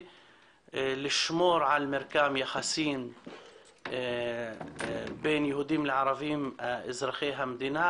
ולשמור על מרקם יחסים בין יהודים וערבים אזרחי המדינה,